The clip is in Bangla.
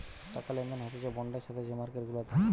টাকা লেনদেন হতিছে বন্ডের সাথে যে মার্কেট গুলাতে